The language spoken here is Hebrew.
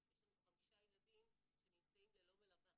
יש לנו חמישה ילדים שנמצאים ללא מלווה.